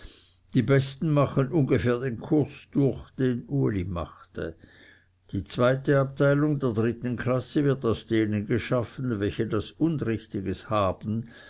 die besten machen ungefähr den kurs durch den uli machte die zweite abteilung der dritten klasse wird aus denen geschaffen welche was unrichtiges haben